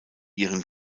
ihren